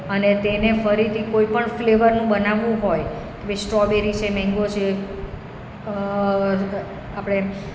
અને તેને ફરીથી કોઈ પણ ફ્લેવરનું બનાવવું હોય કે સ્ટ્રોબેરી છે મેંગો છે આપણે